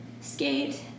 skate